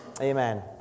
Amen